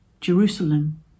Jerusalem